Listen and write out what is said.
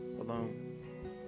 alone